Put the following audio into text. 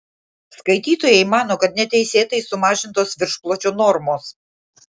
skaitytojai mano kad neteisėtai sumažintos viršpločio normos